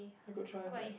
I could try that